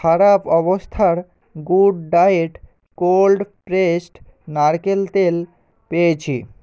খারাপ অবস্থার good diet cold pressed নারকেল তেল পেয়েছি